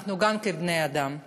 גם אנחנו בני-אדם,